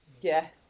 Yes